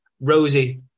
Rosie